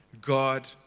God